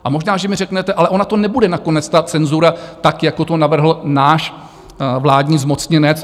A možná že mi řeknete, ale ona to nebude nakonec ta cenzura, tak jako to navrhl náš vládní zmocněnec.